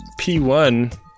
P1